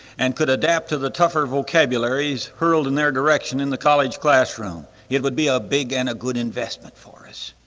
and could adapt to the tougher vocabularies hurled in their direction in the college classroom, it would be a big and a good investment for us.